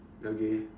okay